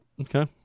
Okay